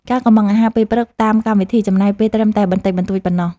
ការកុម្ម៉ង់អាហារពេលព្រឹកតាមកម្មវិធី ចំណាយពេលត្រឹមតែបន្តិចបន្តួចប៉ុណ្ណោះ។